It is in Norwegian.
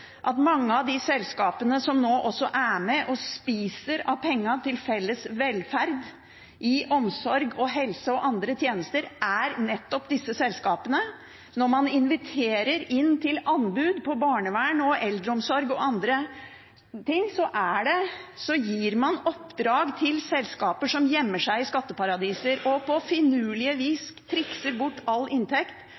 at mange av de selskapene som nå er med og spiser av pengene til felles velferd i omsorg og helse og andre tjenester, er nettopp disse selskapene. Når man inviterer til anbud på barnevern og eldreomsorg og andre ting, gir man oppdrag til selskaper som gjemmer seg i skatteparadiser, og på finurlig vis trikser de bort all inntekt,